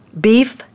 beef